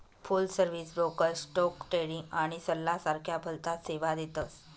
फुल service broker stock trading आणि सल्ला सारख्या भलताच सेवा देतस